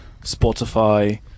Spotify